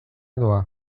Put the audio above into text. doa